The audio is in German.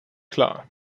klar